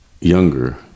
younger